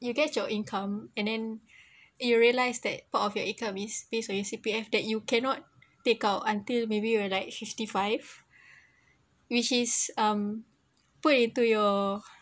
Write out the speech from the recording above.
you get your income and then you realise that part of your income is based on your C_P_F that you cannot take out until maybe you were like fifty five which is um put into your